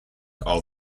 are